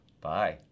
Bye